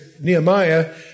Nehemiah